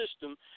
system